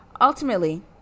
Ultimately